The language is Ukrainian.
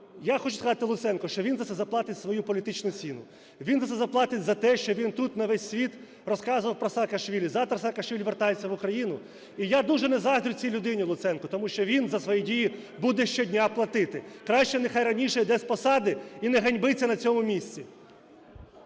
Я хочу сказати Луценку, що він за це заплатить свою політичну ціну. Він заплатить за те, що він тут на весь світ розказував про Саакашвілі. Завтра Саакашвілі повертається в Україну. І я дуже не заздрю цій людині Луценку, тому що він за свої дії буде щодня платити. Краще нехай раніше йде з посади і не ганьбиться на цьому місці.